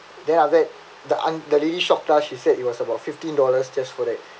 then after that the aunt~ the lady shock us she said it was about fifteen dollars just for that